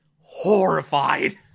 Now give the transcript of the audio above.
horrified